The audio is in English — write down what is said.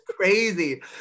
crazy